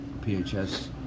PHS